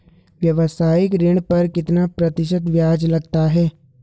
व्यावसायिक ऋण पर कितना प्रतिशत ब्याज लगता है?